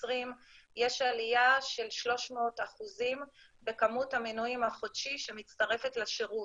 יש עליה של 300% בכמות המנויים החודשי שמצטרפת לשירות.